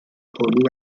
hwnnw